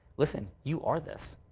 listen. you are this.